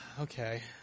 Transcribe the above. Okay